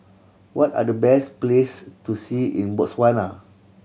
what are the best place to see in Botswana